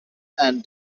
and